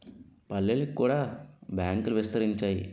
పల్లెలకు కూడా బ్యాంకులు విస్తరించాయి